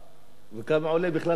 וכמה עולה בכלל האופנוע?